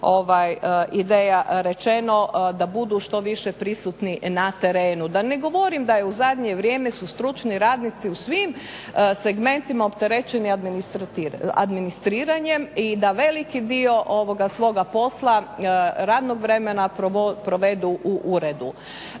ideja rečeno, da budu što više prisutni na terenu. Da ne govorim da je u zadnje vrijeme su stručni radnici u svim segmentima opterećeni administriranjem i da veliki dio svoga posla, radnog vremena provedu u uredu.